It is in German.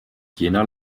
jena